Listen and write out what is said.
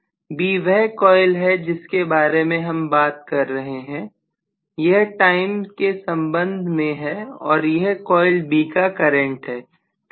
B वह coil है जिसके बारे में हम बात कर रहे हैं यह टाइम के संबंध में है और यह कॉइल B का करंट है